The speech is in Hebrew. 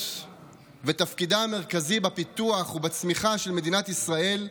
ותפקידה המרכזי בפיתוח ובצמיחה של מדינת ישראל,